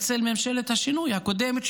בצל ממשלת השינוי הקודמת,